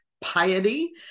piety